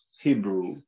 hebrew